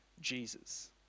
Jesus